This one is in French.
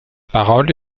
parole